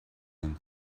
and